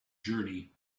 journey